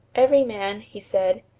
every man, he said,